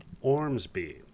Ormsby